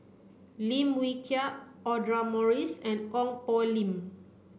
Lim Wee Kiak Audra Morrice and Ong Poh Lim